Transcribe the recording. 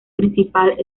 principal